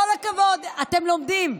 כל הכבוד, אתם לומדים.